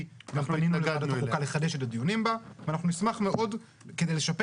פנינו לוועדת החוקה לחדש את הדיונים בהצעה הזאת כדי לשפר